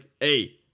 Hey